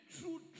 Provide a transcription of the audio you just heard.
true